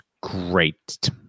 great